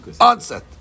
onset